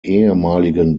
ehemaligen